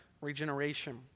regeneration